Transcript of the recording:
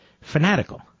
fanatical